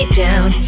down